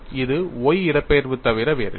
இது y இடப்பெயர்வு தவிர வேறில்லை